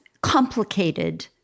complicated